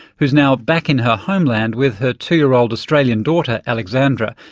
who is now back in her homeland with her two-year-old australian daughter alexandra,